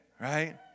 right